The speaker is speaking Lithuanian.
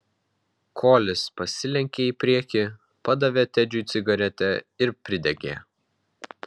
kolis pasilenkė į priekį padavė tedžiui cigaretę ir pridegė